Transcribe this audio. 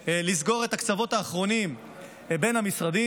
לסגור את הקצוות האחרונים בין המשרדים,